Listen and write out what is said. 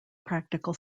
practical